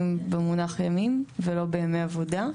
במונח "ימים" ולא ב-"ימי עבודה".